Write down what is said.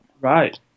Right